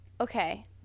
Okay